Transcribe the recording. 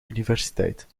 universiteit